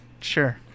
Sure